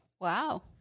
Wow